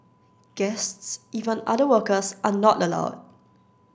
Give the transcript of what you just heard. guests even other workers are not allowed